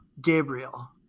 Gabriel